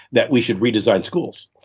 that we should redesign schools.